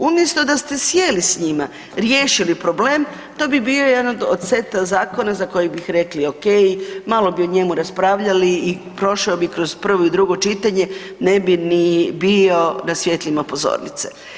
Umjesto da ste sjeli s njima i riješili problem to bi bio jedan od seta zakona za koji bih rekli okej, malo bi o njemu raspravljali i prošao bi kroz prvo i drugo čitanje, ne bi ni bio na svjetlima pozornice.